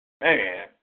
Man